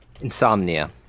Insomnia